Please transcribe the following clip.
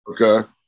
Okay